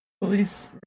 police